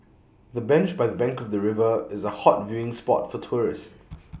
the bench by the bank of the river is A hot viewing spot for tourists